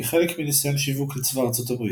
כחלק מניסיון שיווק לצבא ארצות הברית.